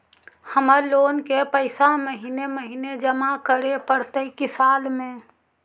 हमर लोन के पैसा महिने महिने जमा करे पड़तै कि साल में?